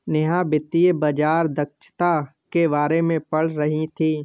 नेहा वित्तीय बाजार दक्षता के बारे में पढ़ रही थी